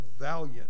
valiant